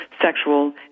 sexual